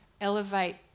elevate